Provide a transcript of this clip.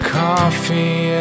coffee